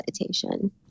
meditation